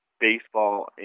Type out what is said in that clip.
baseball